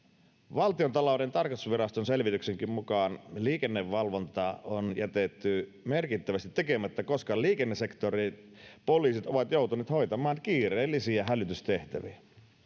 valtiontalouden tarkastusviraston selvityksenkin mukaan liikennevalvontaa on jätetty merkittävästi tekemättä koska liikennesektoripoliisit ovat joutuneet hoitamaan kiireellisiä hälytystehtäviä